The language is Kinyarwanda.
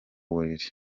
buriri